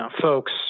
folks